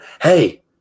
hey